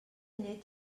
lleig